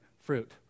fruit